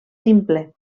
simple